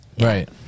Right